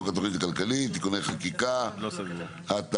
התכנית הכלכלית (תיקוני חקיקה התשפ"ג.